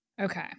Okay